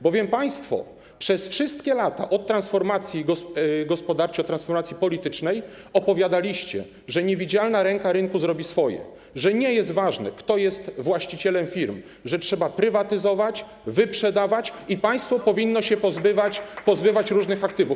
Bowiem państwo przez wszystkie lata od transformacji gospodarczej, transformacji politycznej opowiadaliście, że niewidzialna ręka rynku zrobi swoje, że nie jest ważne, kto jest właścicielem firm, że trzeba prywatyzować, wyprzedawać i państwo powinno się pozbywać różnych aktywów.